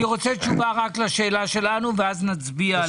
תשובות לשאלות שלנו ונצביע.